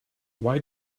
why